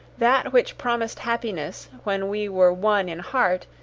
that which promised happiness when we were one in heart,